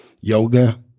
yoga